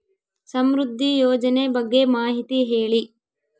ಸಮೃದ್ಧಿ ಯೋಜನೆ ಬಗ್ಗೆ ಮಾಹಿತಿ ಹೇಳಿ?